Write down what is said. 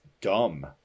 dumb